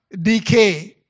decay